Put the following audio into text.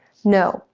no.